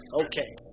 Okay